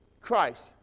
Christ